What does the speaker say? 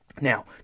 Now